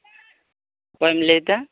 ᱚᱠᱚᱭᱮᱢ ᱞᱟᱹᱭᱫᱟ